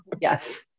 yes